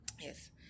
Yes